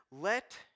let